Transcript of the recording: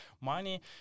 money